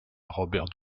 robert